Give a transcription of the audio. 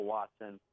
Watson